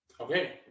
Okay